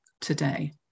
today